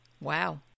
Wow